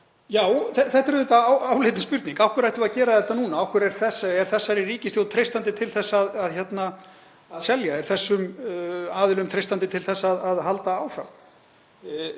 já, þetta er áleitin spurning. Af hverju ættum við að gera þetta núna? Er þessari ríkisstjórn treystandi til þess að selja? Er þessum aðilum treystandi til að halda áfram?